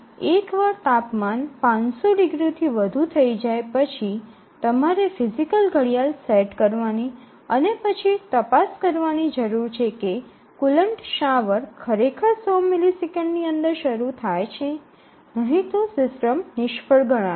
અહીં એકવાર તાપમાન ૫00 ડિગ્રીથી વધુ થઈ જાય પછી તમારે ફિજિકલ ઘડિયાળ સેટ કરવાની અને પછી તપાસ કરવાની જરૂર છે કે કૂલન્ટ શાવર ખરેખર ૧00 મિલિસેકન્ડની અંદર જ શરૂ થાય છે નહીં તો સિસ્ટમ નિષ્ફળ ગણાશે